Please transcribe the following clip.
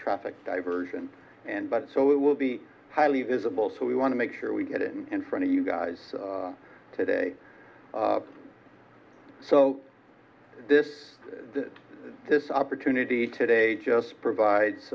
traffic diversion and budget so it will be highly visible so we want to make sure we get it in front of you guys are today so this is this opportunity today just provides